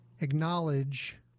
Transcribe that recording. acknowledge